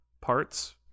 parts